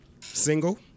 Single